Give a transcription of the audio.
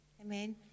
Amen